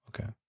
Okay